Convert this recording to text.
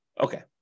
Okay